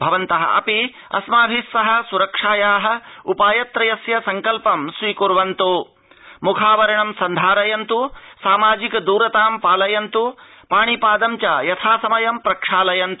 भवन्तोऽपि अस्माभि सह सुरक्षाया उपायत्रयस्य सड़कल्पं स्वीक्वन्त् मुखावरकं सन्धारयन्त् सामाजिकद्रतां परिपालयन्तु पाणिपादं च यथासमयं प्रक्षालयन्त